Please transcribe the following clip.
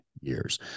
years